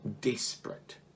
desperate